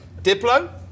Diplo